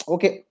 Okay